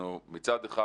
מצד אחד,